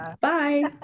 Bye